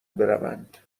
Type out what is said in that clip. بروند